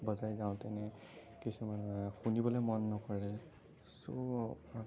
বজাই যাওঁতেনে কিছুমানে শুনিবলৈ মন নকৰে চ'